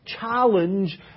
challenge